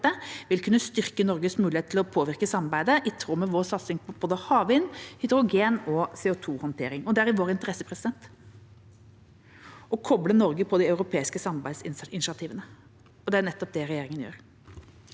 vil kunne styrke Norges mulighet til å påvirke samarbeidet i tråd med vår satsing på både havvind, hydrogen og CO2-håndtering. Det er i vår interesse å koble Norge på de europeiske samarbeidsinitiativene, og det er nettopp det regjeringa gjør.